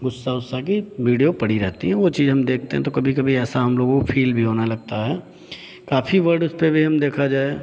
गुस्सा उस्सा की वीडियो पड़ी रहती हैं वो चीज़ हम देखते हैं तो कभी कभी ऐसा हम लोगों को फ़ील भी होने लगता है काफ़ी वर्ड उसपे भी हम देखा जाए